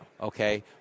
okay